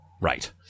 Right